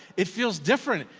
it feels different.